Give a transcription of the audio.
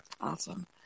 Awesome